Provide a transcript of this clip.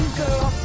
girl